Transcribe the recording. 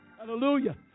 Hallelujah